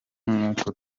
nk’uko